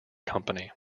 company